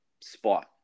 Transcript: spot